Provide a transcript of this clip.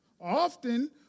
Often